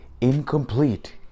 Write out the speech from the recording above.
incomplete